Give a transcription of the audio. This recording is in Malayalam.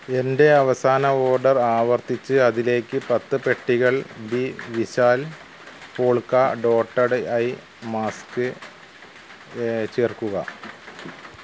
എന്റെ അവസാന ഓഡർ ആവർത്തിച്ച് അതിലേക്ക് പത്ത് പെട്ടികൾ B Vishal polka dotted eye mask ചേർക്കുക